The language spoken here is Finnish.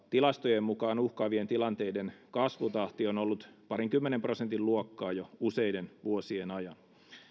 tilastojen mukaan uhkaavien tilanteiden kasvutahti on ollut parinkymmenen prosentin luokkaa jo useiden vuosien ajan